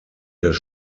des